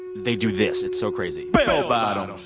they do this. it's so crazy bell bottoms